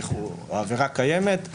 העבירה קיימת,